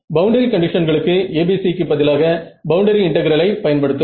boundary கண்டிஷன்களுக்கு ABC க்கு பதிலாக பவுண்டரி இன்டெகிரலை பயன்படுத்துங்கள்